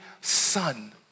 son